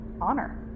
honor